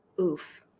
Oof